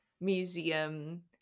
museum